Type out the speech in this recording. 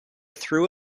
threw